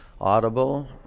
audible